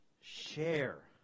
share